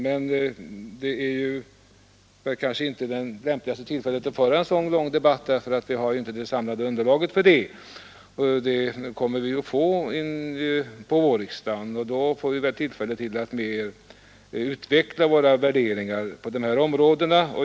Men detta är kanske inte det lämpligaste tillfället att föra en sådan lång debatt, eftersom vi inte har det samlade underlaget för detta. Vi kommer under vårriksdagen att få ett sådant, och det blir då tillfälle för os värderingar på detta område.